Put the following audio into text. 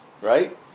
Right